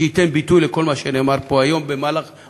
שייתן ביטוי לכל מה שנאמר פה היום בדיונים,